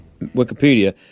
Wikipedia